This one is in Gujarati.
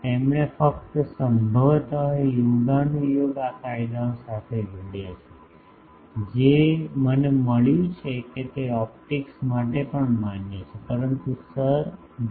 તેમણે ફક્ત સંભવત યોગાનુયોગ આ કાયદાઓ સાથે જોડ્યા છે જે મને મળ્યું છે કે તે ઓપ્ટિક્સ માટે પણ માન્ય છે પરંતુ સર જે